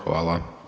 Hvala.